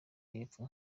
y’epfo